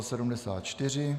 74.